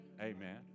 Amen